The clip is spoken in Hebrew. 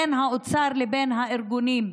בין האוצר לבין הארגונים,